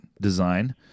design